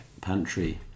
Pantry